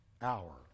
hour